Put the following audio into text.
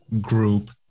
group